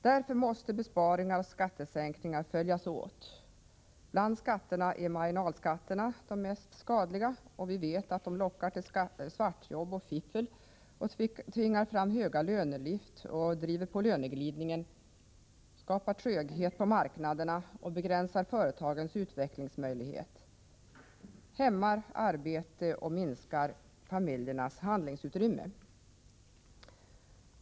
Därför måste besparingar och skattesänkningar följas åt. Bland skatterna är marginalskatterna de mest skadliga. Vi vet att de lockar till svartjobb och fiffel, tvingar fram höga lönelyft och driver på löneglidningen, skapar tröghet på marknaderna, begränsar företagens utvecklingsmöjlighet, hämmar arbete och minskar familjernas handlingsutrymme.